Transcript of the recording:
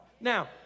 Now